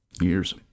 years